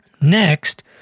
Next